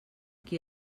qui